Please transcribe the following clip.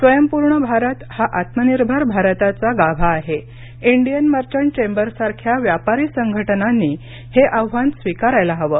स्वयंपूर्ण भारत हा आत्मनिर्भर भारताचा गाभा आहे इंडियन मर्चंट चेंबरसारख्या व्यापारी संघटनांनी हे आव्हान स्वीकारायला हवं